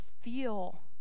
feel